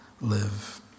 live